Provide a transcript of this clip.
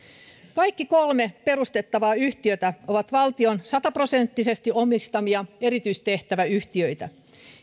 kaikki kolme perustettavaa yhtiötä ovat valtion sataprosenttisesti omistamia erityistehtäväyhtiöitä